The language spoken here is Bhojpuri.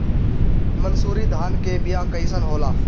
मनसुरी धान के बिया कईसन होला?